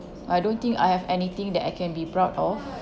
I don't think I have anything that I can be proud of